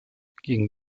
gegen